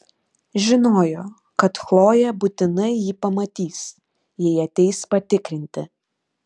žinojo kad chlojė būtinai jį pamatys jei ateis patikrinti